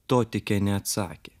totikė neatsakė